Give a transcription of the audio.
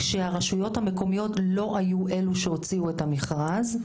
כשהרשויות המקומיות לא היו אלו שהוציאו את המכרז,